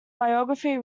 biography